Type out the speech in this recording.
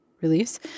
release